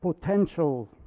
potential